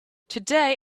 today